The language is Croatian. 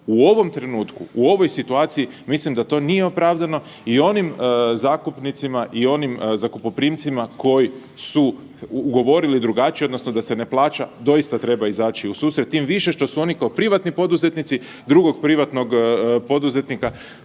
U ovom trenutku, u ovoj situaciji mislim da to nije opravdano i onim zakupnicima i onim zakupoprimcima koji su ugovorili drugačije odnosno da se ne plaća doista treba izaći u susret, tim više što su oni kao privatni poduzetnici drugog privatnog poduzetnika